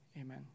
amen